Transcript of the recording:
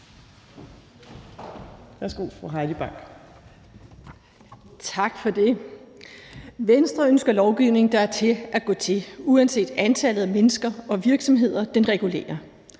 (Ordfører) Heidi Bank (V): Tak for det. Venstre ønsker en lovgivning, der er til at gå til, uanset antallet af mennesker og virksomheder den regulerer.